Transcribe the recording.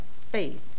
faith